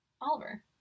Oliver